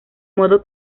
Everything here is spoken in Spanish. modo